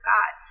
God